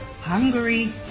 Hungary